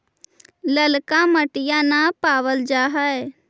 ललका मिटीया न पाबल जा है?